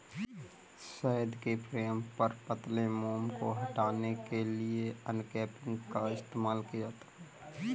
शहद के फ्रेम पर पतले मोम को हटाने के लिए अनकैपिंग का इस्तेमाल किया जाता है